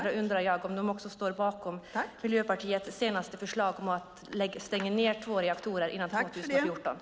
Då undrar jag om de också står bakom Miljöpartiets senaste förslag om att stänga ned två reaktorer före 2014.